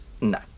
No